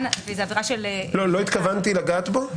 לא התכוונתי לגעת בו.